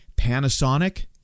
Panasonic